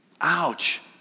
ouch